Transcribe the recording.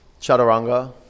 Chaturanga